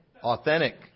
authentic